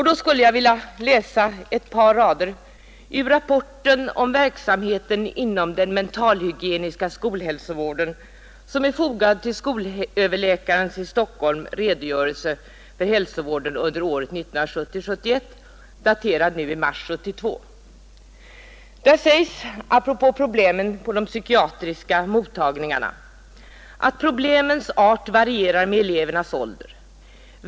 Då skulle jag vilja läsa ett par rader ur den rapport om verksamheten inom den mentalhygieniska skolhälsovården som är fogad till skolöverläkarens i Stockholm redogörelse för skolhälsovården under läsåret 1970/71, daterad nu i mars 1972. Där sägs apropå problemen behandlade på de psykiatriska mottagningarna: ”Problemens art varierar med elevernas ålder.